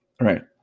Right